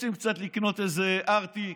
רוצים קצת לקנות איזה ארטיק,